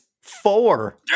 four